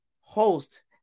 host